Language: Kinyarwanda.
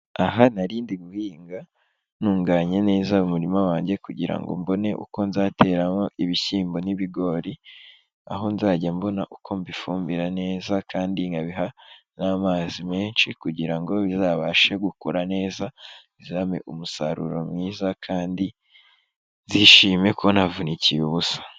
Aha narindi guhinga ntunganya neza umurima wanjye kugira mbone uko nzateramo ibishyimbo n'ibigori. Aho nzajya mbona uko mbifumbira neza kandi nkabiha n'amazi menshi kugirango bizabashe gukura neza, bizampe umusaruro mwiza kandi nzishime kuba ntaravunikiye ubusa.